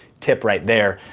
tip right there.